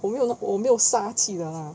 我没有我没有杀气的啦